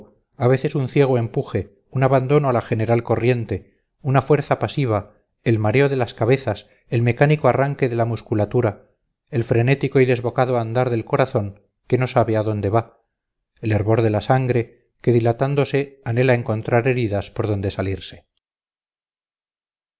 a veces un ciego empuje un abandono a la general corriente una fuerza pasiva el mareo de las cabezas el mecánico arranque de la musculatura el frenético y desbocado andar del corazón que no sabe a dónde va el hervor de la sangre que dilatándose anhela encontrar heridas por donde salirse